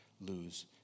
lose